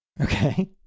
Okay